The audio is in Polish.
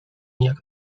jak